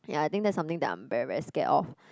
ya I think that's something that I'm very very scared of